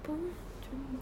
pun cuma